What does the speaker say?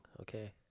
Okay